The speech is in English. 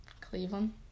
Cleveland